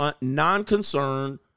non-concerned